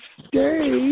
stay